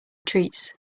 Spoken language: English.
treats